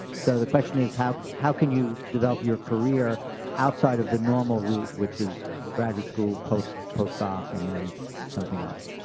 so the question is how how can you develop your career outside the normal route which is graduate school, post-doc post-doc and then something else.